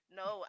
no